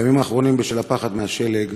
בימים האחרונים, בשל הפחד מהשלג,